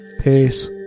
peace